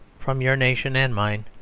from your nation and mine,